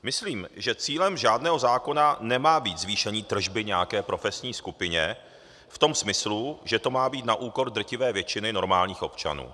Myslím, že cílem žádného zákona nemá být zvýšení tržby nějaké profesní skupině v tom smyslu, že to má být na úkor drtivé většiny normálních občanů.